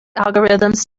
algorithms